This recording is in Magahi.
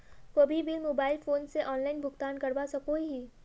कोई भी बिल मोबाईल फोन से ऑनलाइन भुगतान करवा सकोहो ही?